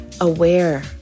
aware